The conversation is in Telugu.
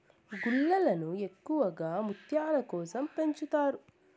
గుల్లలను ఎక్కువగా ముత్యాల కోసం పెంచుతారు